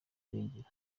irengero